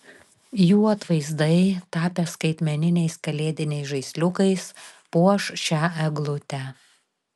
jų atvaizdai tapę skaitmeniniais kalėdiniais žaisliukais puoš šią eglutę